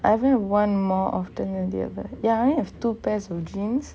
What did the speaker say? I've one more of the ya I only have two pairs of jeans